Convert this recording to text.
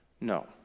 No